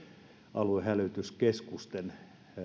aluehälytyskeskusten